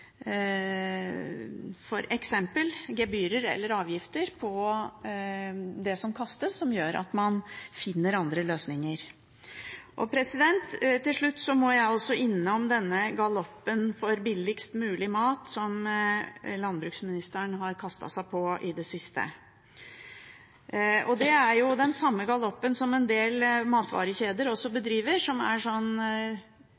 gebyrer eller avgifter på det som kastes. Til slutt må jeg også innom denne galoppen for billigst mulig mat, som landbruksministeren har kastet seg på i det siste. Det er den samme galoppen som en del matvarekjeder også bedriver – ta tre betal for to, osv. Mye av det er